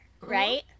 Right